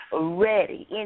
ready